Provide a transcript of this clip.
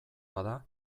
bada